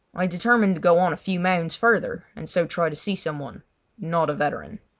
i determined to go on a few mounds further and so try to see someone not a veteran.